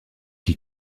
qui